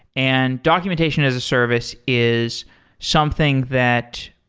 and documentation as a service is something that